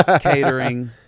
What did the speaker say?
catering